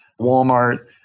Walmart